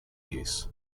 use